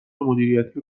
مدیریتی